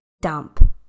dump